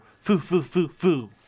foo-foo-foo-foo